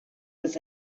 was